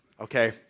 okay